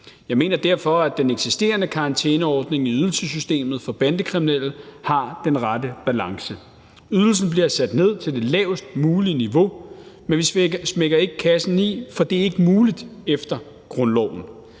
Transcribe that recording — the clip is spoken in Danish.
Jeg mener derfor, at den eksisterende karantæneordning i ydelsessystemet for bandekriminelle har den rette balance. Ydelsen bliver sat ned til det lavest mulige niveau, men vi smækker ikke kassen i, for det er ikke muligt efter grundloven.